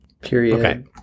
Period